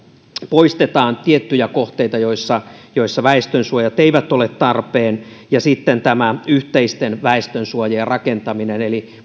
poistetaan tiettyjä kohteita joissa joissa väestönsuojat eivät ole tarpeen ja sitten on tämä yhteisten väestönsuojien rakentaminen eli jatkossa voidaan rakentaa